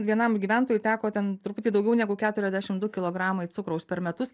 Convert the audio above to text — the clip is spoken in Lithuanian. vienam gyventojui teko ten truputį daugiau negu keturiasdešimt du kilogramai cukraus per metus